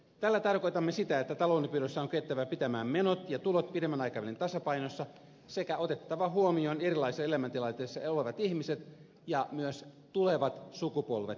tällä tarkoitamme sitä että taloudenpidossa on kyettävä pitämään menot ja tulot pidemmän aikavälin tasapainossa sekä otettava huomioon erilaisissa elämäntilanteissa olevat ihmiset ja myös tulevat sukupolvet meidän lapsemme